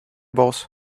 boss